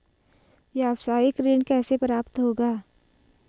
व्यावसायिक ऋण कैसे प्राप्त होगा?